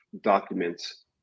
documents